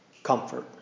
Comfort